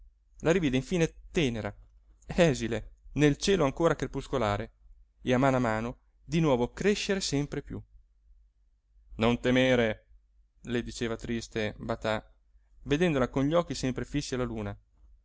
la rivide infine tenera esile nel cielo ancora crepuscolare e a mano a mano di nuovo crescere sempre piú non temere le diceva triste batà vedendola con gli occhi sempre fissi alla luna